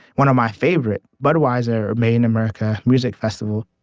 one of my favorite, budweiser made in america music festival,